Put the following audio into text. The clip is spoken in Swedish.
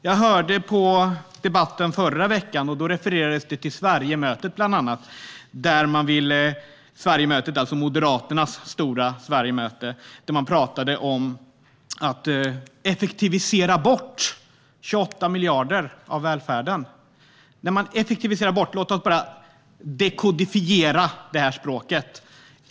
Jag lyssnade på debatten förra veckan. Då refererades det bland annat till Sverigemötet - det är alltså Moderaternas stora Sverigemöte - där man pratade om att effektivisera bort 28 miljarder av välfärden. Låt oss dekodifiera det språket!